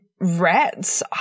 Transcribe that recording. rats